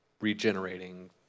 regenerating